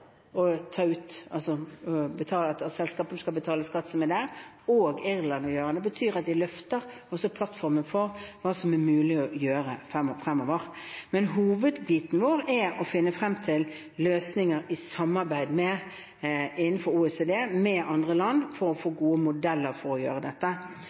at selskaper som er der, skal betale skatt, betyr at de også løfter plattformen for hva som er mulig å gjøre fremover. Men hovedbiten vår er å finne frem til løsninger i samarbeid med andre land, innenfor OECD, for å få gode modeller for å gjøre dette.